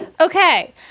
Okay